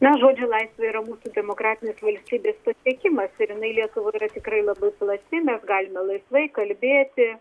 na žodžio laisvė yra mūsų demokratinės valstybės pasiekimas ir inai lietuvoj yra tikrai labai plati mes galime laisvai kalbėti